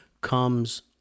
comes